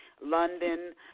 London